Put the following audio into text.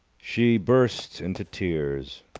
she burst into tears.